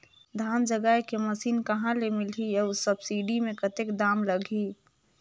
धान जगाय के मशीन कहा ले मिलही अउ सब्सिडी मे कतेक दाम लगही?